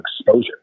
exposure